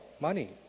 money